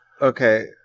Okay